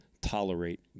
tolerate